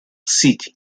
city